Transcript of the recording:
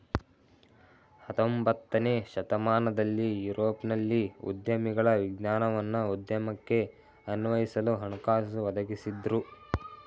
ಹತೊಂಬತ್ತನೇ ಶತಮಾನದಲ್ಲಿ ಯುರೋಪ್ನಲ್ಲಿ ಉದ್ಯಮಿಗಳ ವಿಜ್ಞಾನವನ್ನ ಉದ್ಯಮಕ್ಕೆ ಅನ್ವಯಿಸಲು ಹಣಕಾಸು ಒದಗಿಸಿದ್ದ್ರು